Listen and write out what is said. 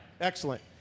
Excellent